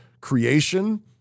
creation